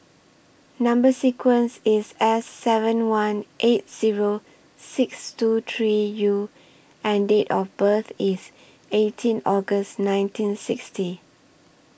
Number sequence IS S seven one eight Zero six two three U and Date of birth IS eighteen August nineteen sixty